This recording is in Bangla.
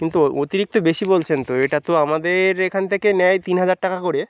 কিন্তু অ অতিরিক্ত বেশি বলছেন তো এটা তো আমাদের এখান থেকে নেয় তিন হাজার টাকা করে